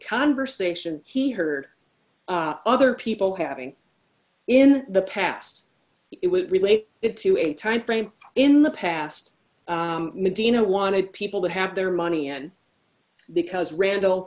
conversation he heard other people having in the past it would relate it to a time frame in the past medina wanted people to have their money and because randall